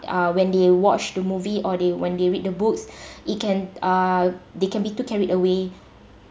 uh when they watched the movie or they when they read the books it can uh they can be too carried away